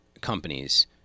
companies